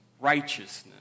righteousness